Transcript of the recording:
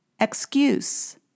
Excuse